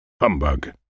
Humbug